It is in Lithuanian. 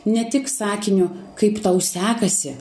ne tik sakiniu kaip tau sekasi